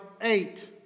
eight